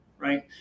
right